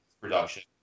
production